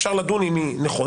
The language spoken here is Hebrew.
אפשר לדון אם היא נכונה,